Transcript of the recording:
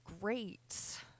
great